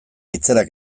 itzelak